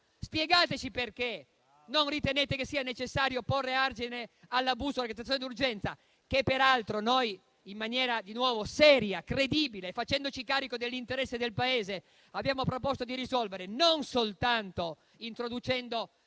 spiegateci perché non ritenete che sia necessario porre argine all'abuso della decretazione d'urgenza, che peraltro noi, in maniera seria e credibile, facendoci carico dell'interesse del Paese, abbiamo proposto di risolvere non soltanto introducendo